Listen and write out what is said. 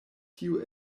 tio